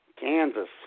Kansas